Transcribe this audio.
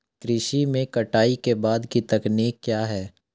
कृषि में कटाई के बाद की तकनीक क्या है?